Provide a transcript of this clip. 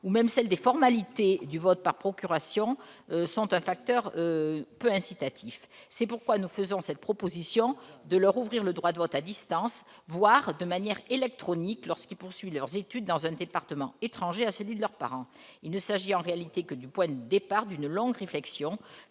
ou même celle des formalités du vote par procuration, compte parmi les facteurs qui les dissuadent de voter. C'est pourquoi nous proposons de leur ouvrir le droit de vote à distance, et même de manière électronique, lorsqu'ils poursuivent leurs études dans un département différent de celui de leurs parents. Il ne s'agit en réalité que du point de départ d'une longue réflexion,